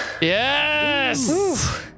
yes